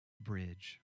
bridge